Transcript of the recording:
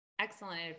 Excellent